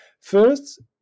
First